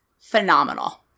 phenomenal